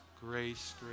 Grace